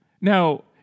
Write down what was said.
Now